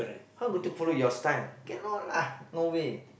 how go to follow your style cannot lah no way